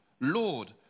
Lord